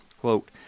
quote